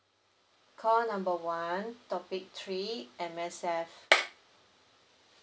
call number one topic three M_S_F